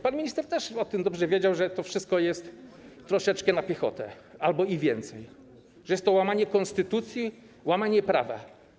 Pan minister też o tym dobrze wiedział, że to wszystko jest trochę na piechotę albo i więcej, że jest to łamanie konstytucji, łamanie prawa.